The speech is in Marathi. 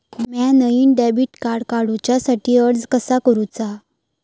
म्या नईन डेबिट कार्ड काडुच्या साठी अर्ज कसा करूचा?